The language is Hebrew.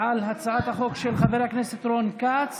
על הצעת החוק של חבר הכנסת רון כץ,